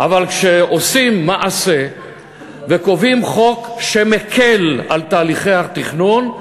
אבל כשעושים מעשה וקובעים חוק שמקל את תהליכי התכנון,